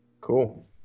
Cool